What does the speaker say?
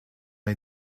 les